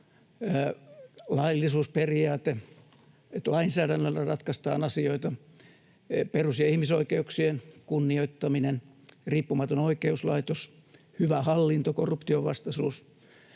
laillisuusperiaate, että lainsäädännöllä ratkaistaan asioita, perus- ja ihmisoikeuksien kunnioittaminen, riippumaton oikeuslaitos, hyvä hallinto, korruptionvastaisuus